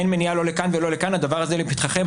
אין מניעה לא לכאן ולא לכאן, הדבר הזה לפתחכם.